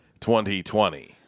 2020